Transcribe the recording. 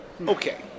okay